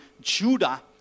Judah